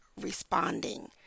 responding